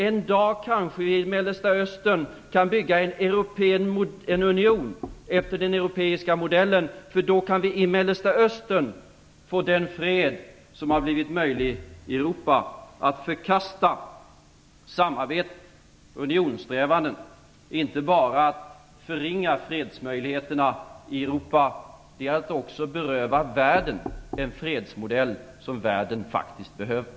En dag kanske vi i Mellersta Östern kan bygga en union efter den eropeiska modellen, för då kan vi i Mellersta Östern få den fred som har blivit möjlig i Europa. Att förkasta samarbete och unionssträvanden är inte bara att förringa fredsmöjligheterna i Europa utan också att beröva världen en fredsmodell som världen faktiskt behöver.